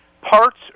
parts